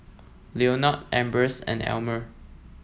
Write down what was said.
Leonard Ambers and Almer